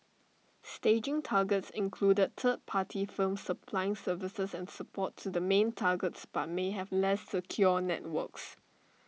staging targets included third party firms supplying services and support to the main targets but may have less secure networks